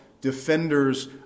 defenders